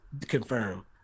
confirm